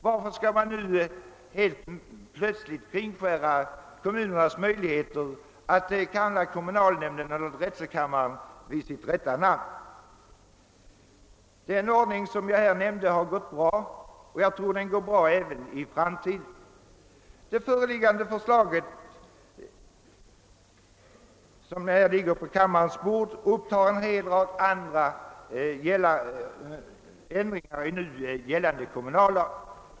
Varför skall man nu plötsligt kringskära möjligheterna att kalla kommunalnämnd och drätselkammare vid deras rätta namn? Den ordning som hittills har gällt har gått bra och kommer säkert att göra det även i framtiden. De förslag som ligger på riksdagens bord upptar en rad andra ändringar i nu gällande kommunallag.